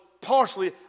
partially